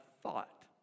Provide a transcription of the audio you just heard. thought